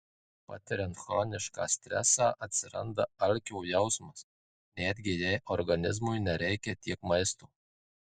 patiriant chronišką stresą atsiranda alkio jausmas netgi jei organizmui nereikia tiek maisto